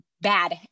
bad